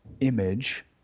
image